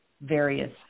various